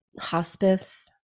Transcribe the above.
hospice